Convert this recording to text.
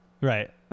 Right